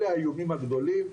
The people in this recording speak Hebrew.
אלה האיומים הגדולים.